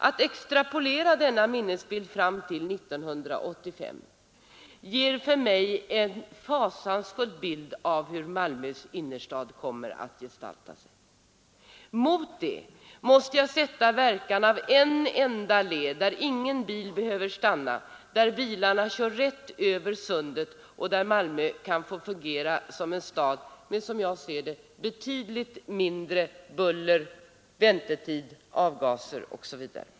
Att extrapolera fram denna minnesbild till 1985 ger för mig en fasansfull föreställning om hur Malmö innerstad kommer att gestalta sig. Mot detta sätter jag då verkan av en enda led, där ingen bil behöver stanna, där bilarna kör rätt över Sundet och där Malmö kan få fungera som en stad med kortare väntetider, mindre buller och mindre avgaser.